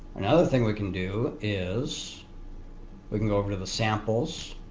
another thing we can do is we can go over to the samples